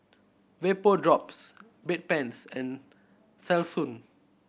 Vapodrops Bedpans and Selsun